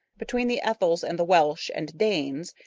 between the ethels and the welsh and danes,